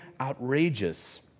outrageous